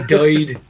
died